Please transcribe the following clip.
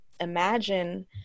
imagine